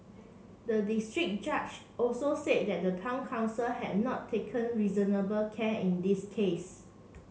the district judge also said that the town council had not taken reasonable care in this case